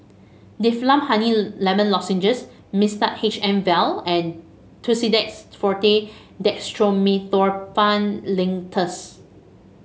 Difflam Honey Lemon Lozenges Mixtard H M vial and Tussidex Forte Dextromethorphan Linctus